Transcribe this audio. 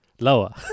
Lower